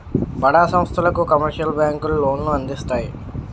బడా సంస్థలకు కమర్షియల్ బ్యాంకులు లోన్లు అందిస్తాయి